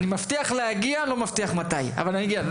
אני מבטיח להגיע, לא מבטיח מתי אבל אני אגיע.